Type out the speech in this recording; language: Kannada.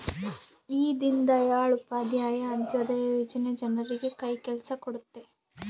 ಈ ದೀನ್ ದಯಾಳ್ ಉಪಾಧ್ಯಾಯ ಅಂತ್ಯೋದಯ ಯೋಜನೆ ಜನರಿಗೆ ಕೈ ಕೆಲ್ಸ ಕೊಡುತ್ತೆ